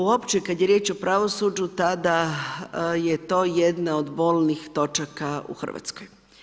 Uopće kada je riječ o pravosuđu tada je to jedna od bolnih točaka u Hrvatskoj.